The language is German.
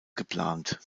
geplant